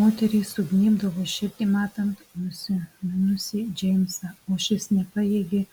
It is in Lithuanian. moteriai sugnybdavo širdį matant nusiminusį džeimsą o šis nepajėgė